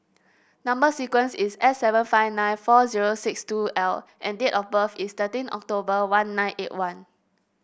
number sequence is S seven five nine four zero six two L and date of birth is thirteen October one nine eight one